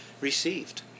received